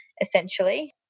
essentially